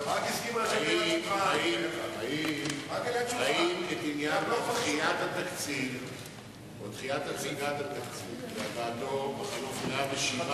האם עניין בחינת התקציב או דחיית הצגת התקציב והבאתו בחלוף 107 יום,